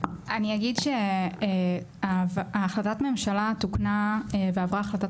אני אגיד שהחלטת הממשלה תוקנה ועברה החלטת